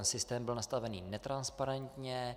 Systém byl nastaven netransparentně.